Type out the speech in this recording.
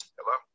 Hello